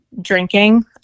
drinking